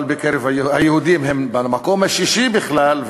אבל היהודים הם במקום השישי בכלל,